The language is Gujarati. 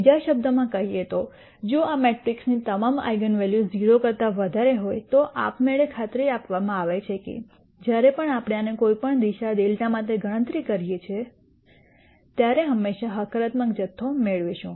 બીજા શબ્દોમાં કહીએ તો જો આ મેટ્રિક્સની તમામ આઇગન વૅલ્યુઝ 0 કરતા વધારે હોય તો આપમેળે ખાતરી આપવામાં આવે છે કે જ્યારે પણ આપણે આને કોઈ પણ દિશા δ માટે ગણતરી કરીએ છીએ ત્યારે હંમેશા હકારાત્મક જથ્થો મેળવીશું